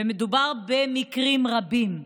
ומדובר במקרים רבים,